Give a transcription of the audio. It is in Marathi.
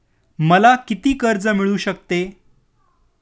मला किती कर्ज मिळू शकते?